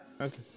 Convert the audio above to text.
Okay